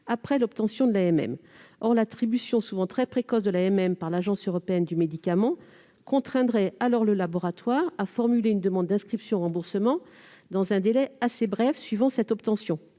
sur le marché. Or l'attribution souvent très précoce de celle-ci par l'Agence européenne du médicament contraindrait le laboratoire à formuler une demande d'inscription au remboursement dans un délai assez bref après cette obtention,